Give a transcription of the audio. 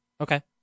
Okay